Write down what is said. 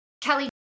Kelly